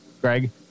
Greg